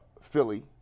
Philly